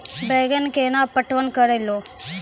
बैंगन केना पटवन करऽ लो?